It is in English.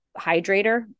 hydrator